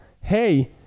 hey